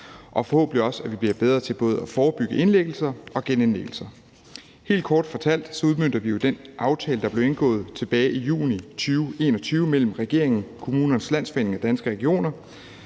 og forhåbentlig bliver vi også bedre til at forebygge både indlæggelser og genindlæggelser. Helt kort fortalt udmønter vi jo den aftale, der blev indgået tilbage i juni 2021 mellem regeringen, Kommunernes Landsforening og Danske Regioner,